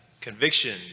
conviction